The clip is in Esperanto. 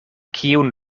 kiun